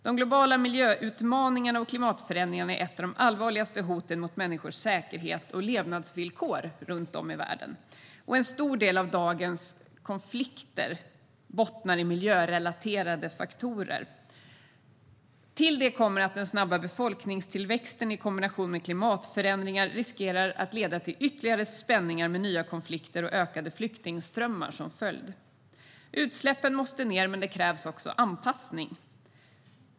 De globala miljöutmaningarna och klimatförändringarna är några av de allvarligaste hoten mot människors säkerhet och levnadsvillkor runt om i världen. En stor andel av dagens konflikter bottnar i miljörelaterade faktorer. Till det kommer att den snabba befolkningstillväxten, i kombination med klimatförändringar, riskerar att leda till ytterligare spänningar med nya konflikter och ökade flyktingströmmar som följd. Utsläppen måste minska, men det krävs också anpassning.